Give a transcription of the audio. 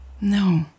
No